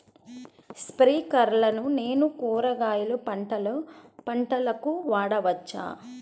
స్ప్రింక్లర్లను నేను కూరగాయల పంటలకు వాడవచ్చా?